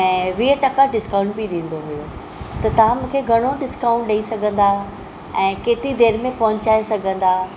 ऐं वीह टका डिस्काउंट बि ॾींदो हुयो त तव्हां मूंखे घणो डिस्काउंट ॾेई सघंदा ऐं केतिरी देरि में पहुचाइ सघंदा